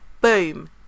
Boom